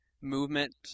movement